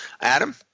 Adam